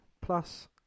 plus